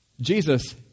Jesus